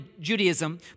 Judaism